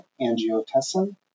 angiotensin